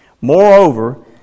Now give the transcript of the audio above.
Moreover